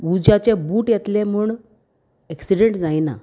उज्याचे बूट येतले म्हूण एक्सिडेंट जायना